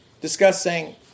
discussing